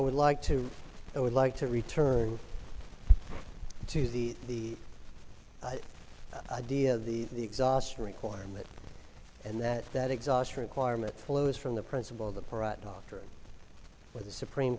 would like to i would like to return to the the idea the the exhaust requirement and that that exhaust requirement flows from the principle the